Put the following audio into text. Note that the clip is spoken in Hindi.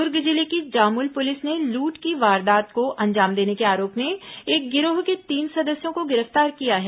दुर्ग जिले की जामुल पुलिस ने लूट की वारदात को अंजाम देने के आरोप में एक गिरोह के तीन सदस्यों को गिरफ्तार किया है